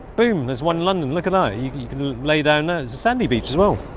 boom there's one london looking at you lay down. there's a sandy beach as well